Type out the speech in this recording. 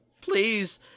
Please